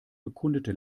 bekundete